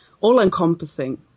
all-encompassing